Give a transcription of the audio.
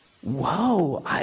Whoa